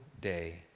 day